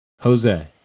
Jose